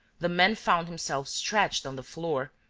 the man found himself stretched on the floor,